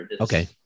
Okay